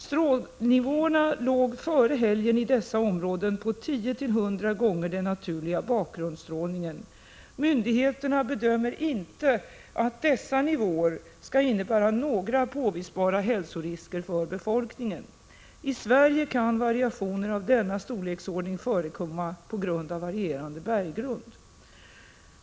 Strålnivåerna i dessa områden låg före helgen på 10-100 gånger den naturliga bakgrundsstrålningen. Myndigheterna bedömer inte att dessa nivåer skall innebära några påvisbara hälsorisker för befolkningen. I Sverige kan variationer av denna storleksordning förekomma på grund av skiftande berggrund.